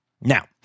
Now